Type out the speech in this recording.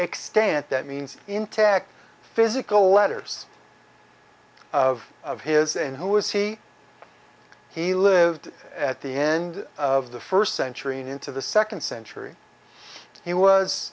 extent that means intact physical letters of of his and who was he he lived at the end of the first century and into the second century he was